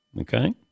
Okay